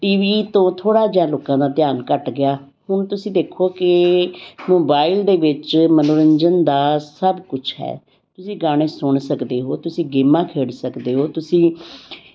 T V ਤੋਂ ਥੋੜ੍ਹਾ ਜਿਹਾ ਲੋਕਾਂ ਦਾ ਧਿਆਨ ਘੱਟ ਗਿਆ ਹੁਣ ਤੁਸੀਂ ਦੇਖੋ ਕਿ ਮੋਬਾਈਲ ਦੇ ਵਿੱਚ ਮਨੋਰੰਜਨ ਦਾ ਸਭ ਕੁਛ ਹੈ ਤੁਸੀਂ ਗਾਣੇ ਸੁਣ ਸਕਦੇ ਹੋ ਤੁਸੀਂ ਗੇਮਾਂ ਖੇਡ ਸਕਦੇ ਹੋ ਤੁਸੀਂ